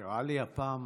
50. לפיכך